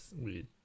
weird